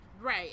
right